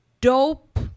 dope